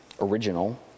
original